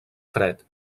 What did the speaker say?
fred